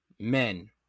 men